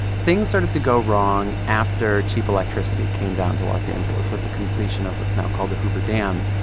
things started to go wrong after cheap electricity came down to los angeles with the completion of what's now called the hoover dam.